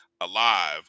alive